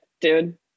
dude